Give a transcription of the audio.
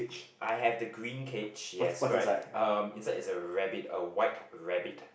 I have the green cage yes correct um inside is a rabbit a white rabbit